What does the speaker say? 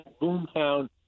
Boomtown